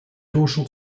dorsal